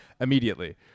immediately